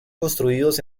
construidos